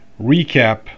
recap